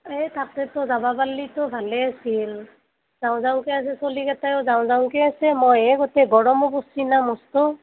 এই তাকেতো যাব পাৰিলেতো ভালেই আছিল যাওঁ যাওঁকৈ আজি চলি কেইটাও যাওঁ যাওঁকৈ আছে মইয়ে গোটেই গৰমো পৰ্ছি না মষ্ট